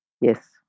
yes